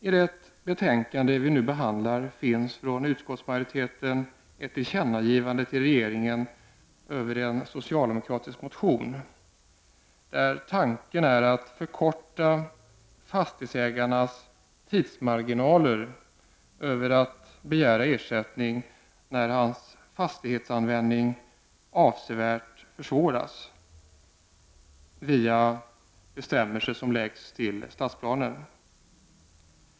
I det betänkande vi nu behandlar finns från utskottsmajoriteten ett tillkännagivande till regeringen över en socialdemokratisk motion där tanken är att förkorta fastighetsägarens tidsmarginaler för att begära ersättning när hans fastighetsanvändning avsevärt försvåras på grund av bestämmelser som läggs till stadsplanen.